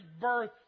birth